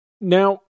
Now